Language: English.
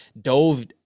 dove